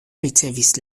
ricevis